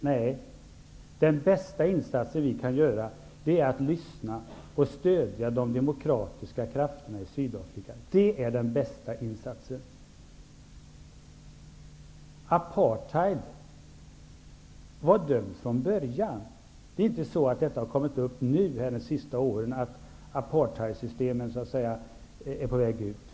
Nej, den bästa insats vi kan göra är att lyssna och stödja de demokratiska krafterna i Sydafrika. Det är den bästa insatsen. Apartheid var dömd från början. Det är inte så att det är först under de senaste åren som apartheidsystemet är på väg ut.